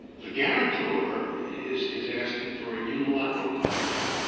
the guarantor is is asking for a unilateral contract.